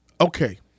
Okay